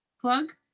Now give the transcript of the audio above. plug